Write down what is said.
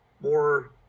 more